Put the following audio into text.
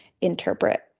interpret